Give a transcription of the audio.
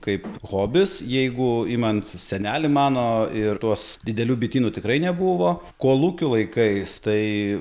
kaip hobis jeigu imant senelį mano ir tuos didelių bitynų tikrai nebuvo kolūkių laikais tai